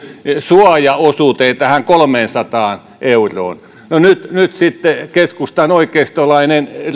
suojaosuuteen tähän kolmeensataan euroon no nyt nyt sitten on keskustan oikeistolainen